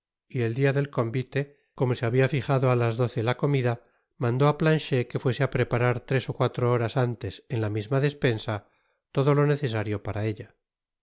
y el dia del convite como se habia fijado a las doce la comida mandó á planchet que fuese á preparar tres ó cuatro horas antes en la misma despensa todo lo necesario para ella